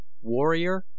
warrior